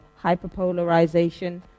hyperpolarization